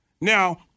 Now